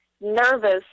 nervous